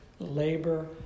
labor